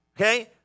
Okay